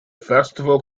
festival